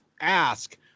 ask